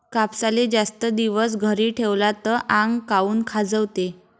कापसाले जास्त दिवस घरी ठेवला त आंग काऊन खाजवते?